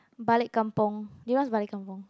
balik kampung do you know what's balik kampung